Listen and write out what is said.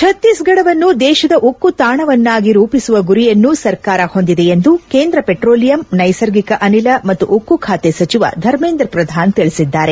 ಛತ್ತೀಸ್ಗಢವನ್ನು ದೇಶದ ಉಕ್ಕು ತಾಣವನ್ನಾಗಿ ರೂಪಿಸುವ ಗುರಿಯನ್ನು ಸರ್ಕಾರ ಹೊಂದಿದೆ ಎಂದು ಕೇಂದ್ರ ಪೆಟ್ರೋಲಿಯಂ ನೈಸರ್ಗಿಕ ಅನಿಲ ಮತ್ತು ಉಕ್ಕು ಖಾತೆ ಸಚಿವ ಧಮೇಂದ್ರ ಪ್ರಧಾನ್ ತಿಳಿಸಿದ್ದಾರೆ